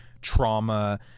trauma